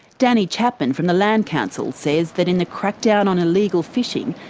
danny chapman from the land council says that in the crack-down on illegal fishing,